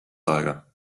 aega